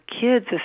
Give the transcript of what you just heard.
kids